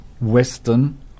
Western